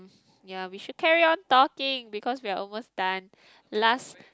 ya we should carry on talking because we're almost done last